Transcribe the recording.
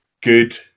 good